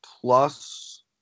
plus